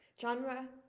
Genre